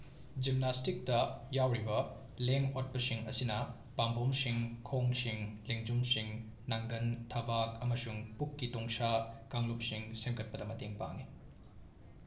ꯖꯤꯝꯅꯥꯁꯇꯤꯛꯇ ꯌꯥꯎꯔꯤꯕ ꯂꯦꯡ ꯑꯣꯠꯄꯁꯤꯡ ꯑꯁꯤꯅ ꯄꯥꯝꯕꯣꯝꯁꯤꯡ ꯈꯣꯡꯁꯤꯡ ꯂꯦꯡꯖꯨꯝꯁꯤꯡ ꯅꯥꯡꯒꯟ ꯊꯕꯥꯛ ꯑꯃꯁꯨꯡ ꯄꯨꯛꯀꯤ ꯇꯣꯡꯁꯥ ꯀꯥꯡꯂꯨꯞꯁꯤꯡ ꯁꯦꯝꯒꯠꯄꯗ ꯃꯇꯦꯡ ꯄꯥꯡꯏ